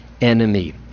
enemy